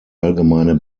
allgemeine